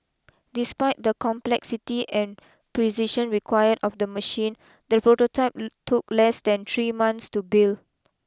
despite the complexity and precision required of the machine the prototype took less than three months to build